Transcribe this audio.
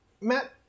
Matt